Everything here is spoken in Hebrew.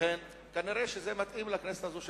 כנראה זה מתאים לכנסת הזאת,